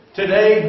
today